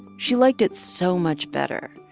she liked it so much better.